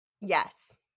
Yes